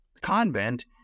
convent